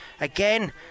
again